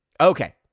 Okay